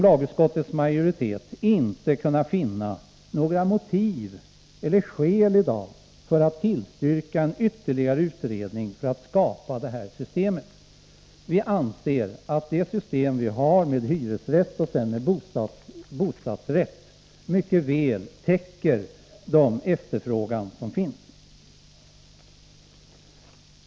Lagutskottets majoritet har inte kunnat finna några motiv för att tillstyrka en ytterligare utredning för att skapa detta system. Vi anser att det system vi har med hyresrätt och bostadsrätt mycket väl täcker den efterfrågan som finns.